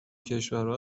کشورها